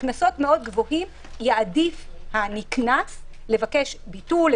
אז יעדיף הנקנס לבקש ביטול,